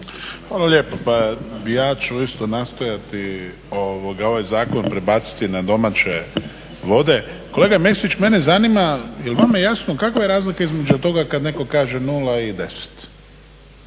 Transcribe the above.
Hvala lijepa, ja ću isto nastojati ovaj zakon prebaciti na domaće vode. Kolega Mesić mene zanima je li vama jasno kakva je razlika između toga kada netko kaže 0 i 10